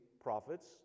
prophets